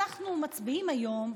אבל מה שאנחנו מצביעים עליו היום,